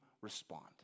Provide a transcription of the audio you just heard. respond